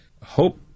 Hope